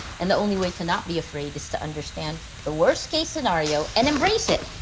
and the only way to not be afraid is to understand the worst-case scenario and embrace it.